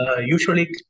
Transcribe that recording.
Usually